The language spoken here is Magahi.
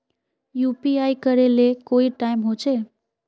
यु.पी.आई करे ले कोई टाइम होचे?